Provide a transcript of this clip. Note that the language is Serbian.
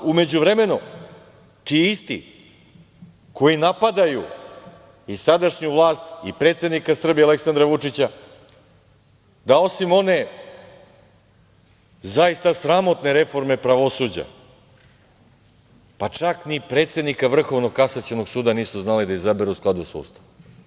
U međuvremenu ti isti koji napadaju i sadašnju vlast i predsednika Srbije Aleksandra Vučića, da osim one zaista sramotne reforme pravosuđa, pa, čak ni predsednika Vrhovnog kasacionog suda nisu znali da izaberu u skladu sa Ustavom.